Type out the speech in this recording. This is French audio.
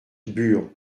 bur